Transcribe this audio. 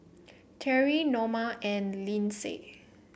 Terry Noma and Lindsey